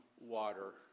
water